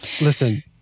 Listen